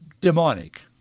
demonic